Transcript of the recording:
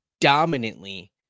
dominantly